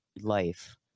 life